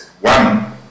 One